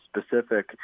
specific